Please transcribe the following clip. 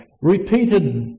repeated